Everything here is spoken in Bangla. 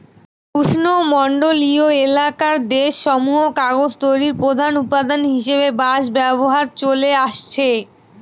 উষ্ণমন্ডলীয় এলাকার দেশসমূহে কাগজ তৈরির প্রধান উপাদান হিসাবে বাঁশ ব্যবহার চলে আসছে